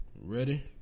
Ready